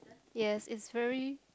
yes it's very